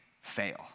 fail